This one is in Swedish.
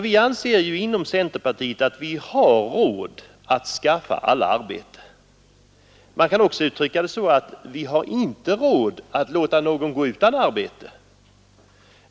Vi anser inom centerpartiet att man har råd att skaffa alla arbete. Vi kan också uttrycka det så att man inte har råd att låta någon gå utan arbete.